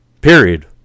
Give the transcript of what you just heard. period